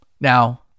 Now